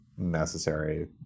necessary